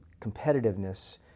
competitiveness